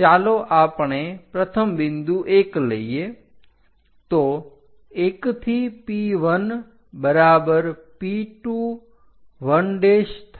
ચાલો આપણે પ્રથમ બિંદુ 1 લઈએ તો 1 થી P1 બરાબર P2 1 થાય